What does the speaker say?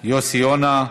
יוסי יונה.